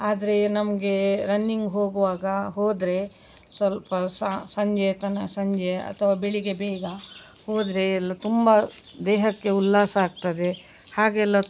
ಆದರೆ ನಮಗೆ ರನ್ನಿಂಗ್ ಹೋಗುವಾಗ ಹೋದರೆ ಸ್ವಲ್ಪ ಸ ಸಂಜೆ ತನಕ ಸಂಜೆ ಅಥವಾ ಬೆಳಿಗ್ಗೆ ಬೇಗ ಹೋದರೆ ಎಲ್ಲ ತುಂಬ ದೇಹಕ್ಕೆ ಉಲ್ಲಾಸ ಆಗ್ತದೆ ಹಾಗೆಲ್ಲ